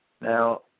Now